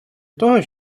того